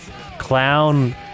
clown